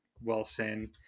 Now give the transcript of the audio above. Wilson